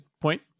point